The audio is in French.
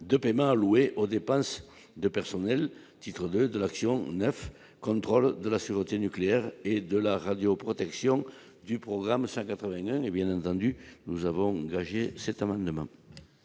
de paiement alloués aux dépenses de personnel titre de de l'action 9, contrôle de la sûreté nucléaire et de la radioprotection du programme 181 et bien entendu, nous avons engagé cet amendement.